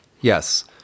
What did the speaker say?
Yes